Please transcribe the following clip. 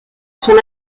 son